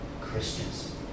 Christians